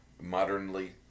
Modernly